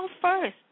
first